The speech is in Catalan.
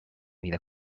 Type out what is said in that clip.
vida